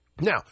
Now